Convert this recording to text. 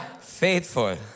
Faithful